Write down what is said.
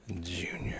Junior